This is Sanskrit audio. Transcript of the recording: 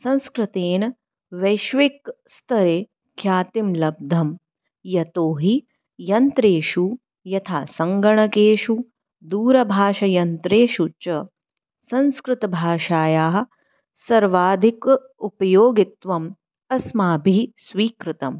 संस्कृतेन वैष्विकस्तरे ख्यातिं लब्धं यतो हि यन्त्रेषु यथा सङ्गणकेषु दूरभाषायन्त्रेषु च संस्कृतभाषायाः सर्वाधिक उपयोगित्वम् अस्माभिः स्वीकृतम्